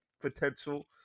Potential